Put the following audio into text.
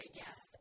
yes